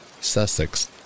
Sussex